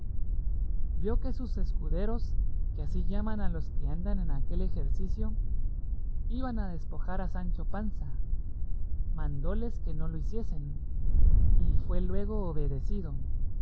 vio que sus escuderos que así llaman a los que andan en aquel ejercicio iban a despojar a sancho panza mandóles que no lo hiciesen y fue luego obedecido